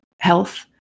health